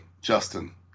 Justin